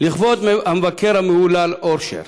לכבוד המבקר המהולל אורשר,